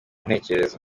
ntekerezo